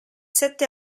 sette